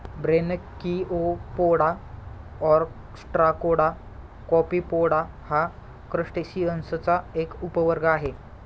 Branchiopoda, Ostracoda, Copepoda हा क्रस्टेसिअन्सचा एक उपवर्ग आहे